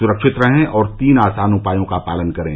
सुरक्षित रहें और तीन आसान उपायों का पालन करें